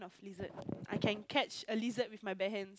lizard I can catch a lizard with my bare hands